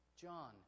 John